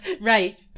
right